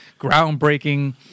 groundbreaking